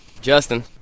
Justin